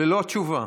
ללא התשובה.